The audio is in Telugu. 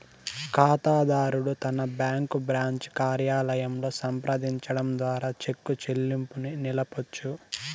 కాతాదారుడు తన బ్యాంకు బ్రాంచి కార్యాలయంలో సంప్రదించడం ద్వారా చెక్కు చెల్లింపుని నిలపొచ్చు